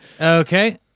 Okay